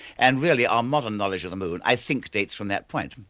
and really our modern knowledge of the moon i think dates from that point.